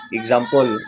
example